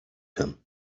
him